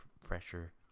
fresher